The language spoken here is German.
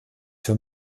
für